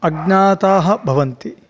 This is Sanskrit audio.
अज्ञाताः भवन्ति